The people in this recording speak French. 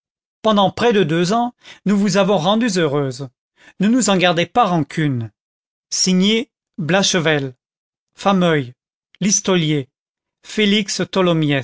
pendant près de deux ans nous vous avons rendues heureuses ne nous en gardez pas rancune signé blachevelle fameuil listolier félix